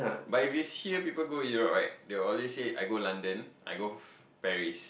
but if it's here people go Europe right they'll always say I go London I go Paris